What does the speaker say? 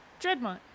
Dreadmont